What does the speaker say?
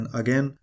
again